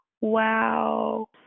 Wow